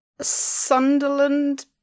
Sunderland